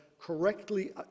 correctly